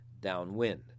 downwind